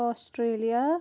Australia